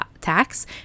tax